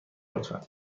لطفا